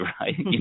right